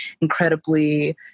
incredibly